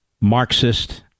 Marxist